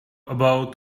about